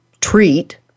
treat